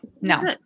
No